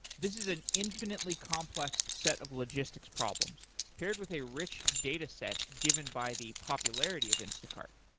this is an infinitely complex set of logistics problems paired with a rich dataset given by the popularity of instacart.